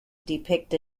depict